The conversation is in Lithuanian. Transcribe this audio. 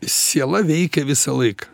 siela veikia visą laiką